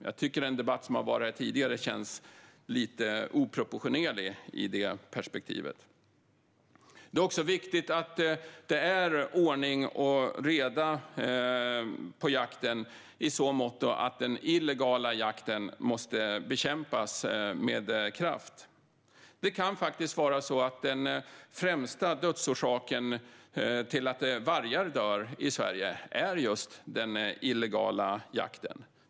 Jag tycker att den debatt som har förts här tidigare känns lite oproportionerlig i detta perspektiv. Det är också viktigt att det är ordning och reda på jakten i så måtto att den illegala jakten måste bekämpas med kraft. Det kan vara så att den främsta orsaken till att vargar dör i Sverige är just den illegala jakten.